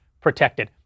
protected